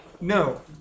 no